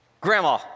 Grandma